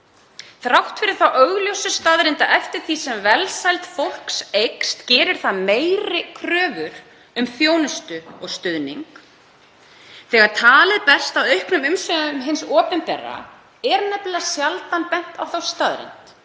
þrátt fyrir þá augljósu staðreynd að eftir því sem velsæld fólks eykst gerir það meiri kröfur um þjónustu og stuðning. Þegar talið berst að auknum umsvifum hins opinbera er nefnilega sjaldan bent á þá staðreynd